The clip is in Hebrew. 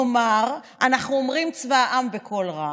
נאמר: אנחנו אומרים צבא העם בקול רם,